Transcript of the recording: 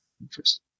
Interesting